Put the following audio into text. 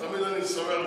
את זה אני תמיד שמח לשמוע.